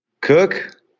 Cook